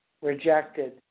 Rejected